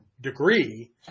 degree